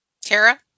tara